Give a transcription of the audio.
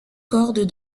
corde